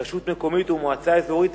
רשות מקומית ומועצה אזורית,